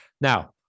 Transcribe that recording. Now